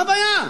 מה הבעיה?